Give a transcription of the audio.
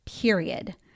period